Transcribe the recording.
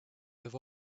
have